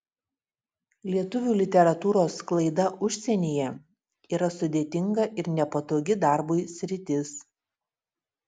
lietuvių literatūros sklaida užsienyje yra sudėtinga ir nepatogi darbui sritis